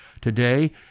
Today